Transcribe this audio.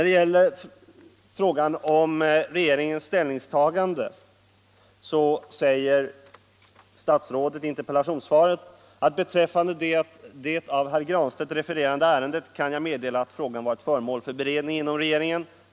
Beträffande frågan om regeringens ställningstagande säger statsrådet i interpellationssvaret: ”Beträffande det av herr Granstedt refererade ärendet kan jag meddela att frågan varit föremål för beredning inom regeringen.